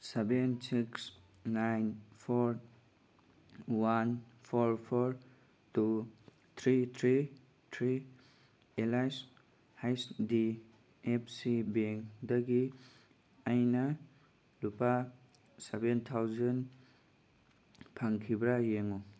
seven six nine four one four four two three three three Alice H D F C ꯕꯦꯡꯗꯒꯤ ꯑꯩꯅ ꯂꯨꯄꯥ seven thousand ꯐꯪꯈꯤꯕ꯭ꯔꯥ ꯌꯦꯡꯉꯨ